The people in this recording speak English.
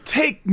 take